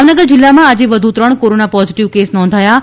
ભાવનગર જિલ્લામાં આજે વધુ ત્રણ કોરોના પોઝીટીવ કેસ નોંધાયા છે